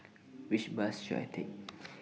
Which Bus should I Take